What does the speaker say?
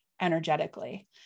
energetically